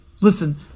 Listen